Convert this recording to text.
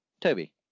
toby